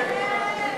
נגד?